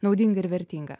naudinga ir vertinga